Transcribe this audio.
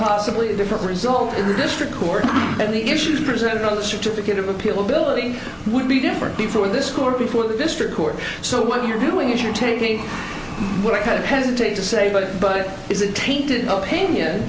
possibly a different result in the district court and the issues presented on the certificate of appeal ability would be different before this court before the district court so what you're doing is you're taking what kind of hesitate to say but but is it tainted opinion